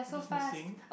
just missing